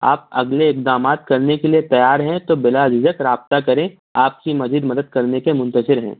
آپ اگلے اقدامات کرنے کے لیے تیار ہیں تو بِلا جھجھک رابطہ کریں آپ کی مزید مدد کرنے کے منتظر ہیں